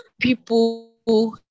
people